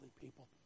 people